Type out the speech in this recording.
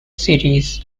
series